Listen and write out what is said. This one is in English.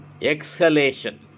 exhalation